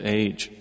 age